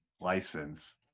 license